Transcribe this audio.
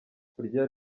kurya